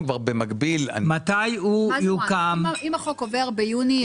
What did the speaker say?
אם החוק עובר ביוני?